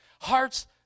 Hearts